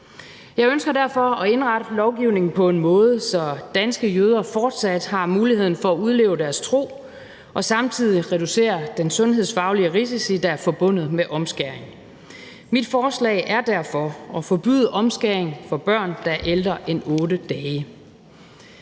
Jeg ønsker derfor at indrette lovgivningen på en måde, så danske jøder fortsat har mulighed for at udleve deres tro og vi samtidig reducerer den sundhedsfaglige risiko, der er forbundet med omskæring. Mit forslag er derfor at forbyde omskæring af børn, der er ældre end 8 dage.